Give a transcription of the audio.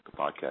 podcast